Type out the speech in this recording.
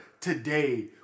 today